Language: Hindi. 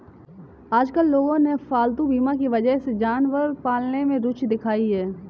आजकल लोगों ने पालतू बीमा की वजह से जानवर पालने में रूचि दिखाई है